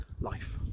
life